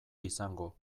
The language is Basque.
izango